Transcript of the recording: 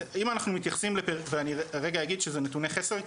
אם אנחנו מתייחסים ואני רגע אגיד שזה נתוני חסר,